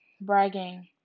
bragging